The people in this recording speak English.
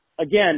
again